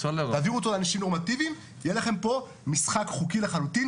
תעבירו אותו לאנשים נורמטיביים ויהיה לכם פה משחק חוקי לחלוטין